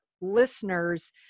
listeners